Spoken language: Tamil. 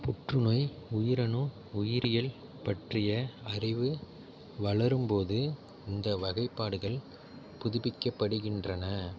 புற்றுநோய் உயிரணு உயிரியல் பற்றிய அறிவு வளரும்போது இந்த வகைப்பாடுகள் புதுப்பிக்கப்படுகின்றன